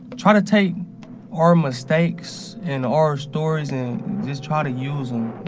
try to take our mistakes and our stories and just try to use them,